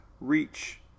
reach